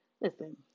listen